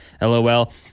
LOL